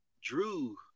Drew